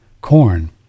corn